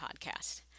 podcast